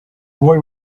boy